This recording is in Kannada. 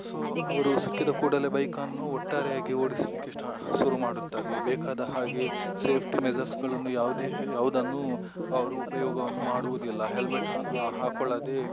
ಸೋ ಅವರು ಸಿಕ್ಕಿದ ಕೂಡಲೆ ಬೈಕನ್ನು ಒಟ್ಟಾರೆಯಾಗಿ ಓಡಿಸಲಿಕ್ಕೆ ಸ್ಟಾ ಶುರುಮಾಡುತ್ತಾರೆ ಬೇಕಾದ ಹಾಗೆ ಸೇಫ್ಟಿ ಮೆಸರ್ಸ್ಗಳನ್ನು ಯಾವುದೇ ಯಾವುದನ್ನೂ ಅವರು ಉಪಯೋಗವನ್ನು ಮಾಡುವುದಿಲ್ಲ ಹೆಲ್ಮೇಟ್ ಹಾಕ್ಕೊಳ್ಳದೇ